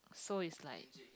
so is like